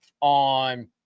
on